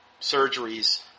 surgeries